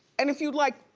and if you'd like,